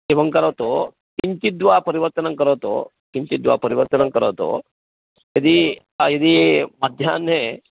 एवं करोतु किञ्चिद्वा परिवर्तनं करोतु किञ्चिद्वा परिवर्तनं करोतु यदि यदि मध्याह्ने